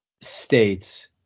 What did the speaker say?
states